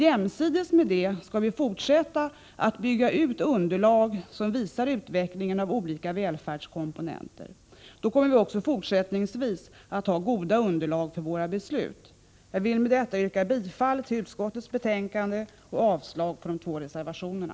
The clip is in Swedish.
Jämsides med det skall vi fortsätta att bygga ut underlag som visar utvecklingen av olika välfärdskomponenter. Då kommer vi också fortsättningsvis att ha goda underlag för våra beslut. Jag vill med detta yrka bifall till utskottets hemställan och avslag på de två reservationerna.